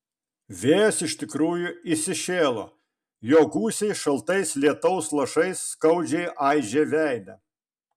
vėjas iš tikrųjų įsišėlo jo gūsiai šaltais lietaus lašais skaudžiai aižė veidą